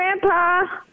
grandpa